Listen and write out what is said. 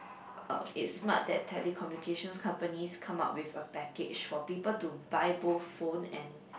uh it's smart that telecommunication companies come up with a package for people to buy both phone and